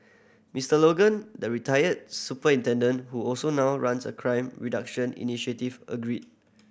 Mister Logan the retired superintendent who also now runs a crime reduction initiative agreed